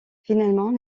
finalement